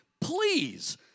Please